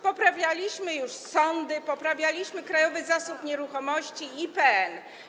Poprawialiśmy już sądy, poprawialiśmy Krajowy Zasób Nieruchomości, IPN.